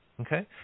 Okay